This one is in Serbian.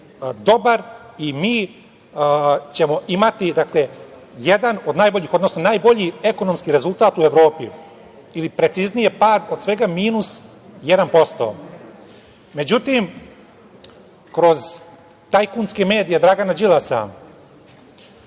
dobar i mi ćemo imati jedan od najboljih, odnosno najbolji ekonomski rezultat u Evropi ili preciznije pad od svega minu jedan posto.Međutim, kroz tajkunske medije Dragana Đilasa